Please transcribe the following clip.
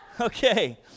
Okay